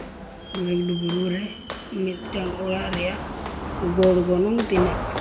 bed ᱵᱩᱨᱩ ᱨᱮ ᱢᱤᱫᱴᱟᱝ ᱚᱲᱟᱜ ᱨᱮᱭᱟᱜ ᱜᱚᱲ ᱜᱚᱱᱚᱝ ᱛᱤᱱᱟᱹᱜ